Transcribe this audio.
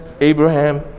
Abraham